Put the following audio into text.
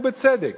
ובצדק,